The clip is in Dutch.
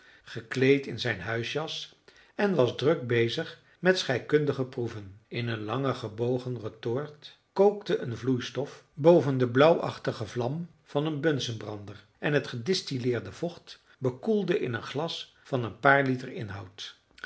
gekleed in zijn huisjas en was druk bezig met scheikundige proeven in een lange gebogen retort kookte een vloeistof boven de blauwachtige vlam van een bunzenschen brander en het gedistilleerde vocht bekoelde in een glas van een paar liter inhoud